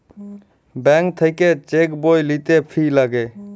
bank থাক্যে cheque বই লিতে ফি লাগে